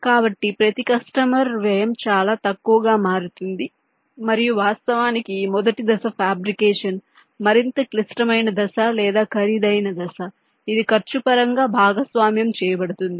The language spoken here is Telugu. కాబట్టి ప్రతి కస్టమర్ వ్యయం చాలా తక్కువగా మారుతుంది మరియు వాస్తవానికి ఈ మొదటి దశ ఫ్యాబ్రికేషన్ మరింత క్లిష్టమైన దశ లేదా ఖరీదైన దశ ఇది ఖర్చు పరంగా భాగస్వామ్యం చేయబడుతుంది